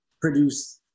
produce